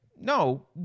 No